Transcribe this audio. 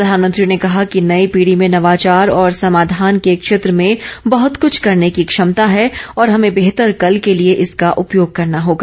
प्रधानमंत्री ने कहा कि नेई पीढ़ी में नवाचार और समाधान के क्षेत्र में बहृत कुछ करने की क्षमता है और हमें बेहतर कल के लिए इसका उपयोग करना होगा